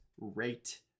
rate